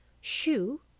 shoe